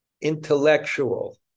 intellectual